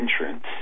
entrance